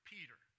Peter